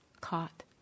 caught